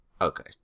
Okay